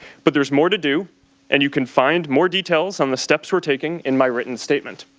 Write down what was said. but there's more to do and you can find more details on the steps we are taking in my written statement.